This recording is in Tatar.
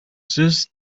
сүз